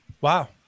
Wow